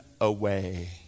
away